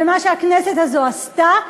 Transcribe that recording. ומה שהכנסת הזו עשתה,